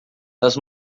das